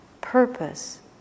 purpose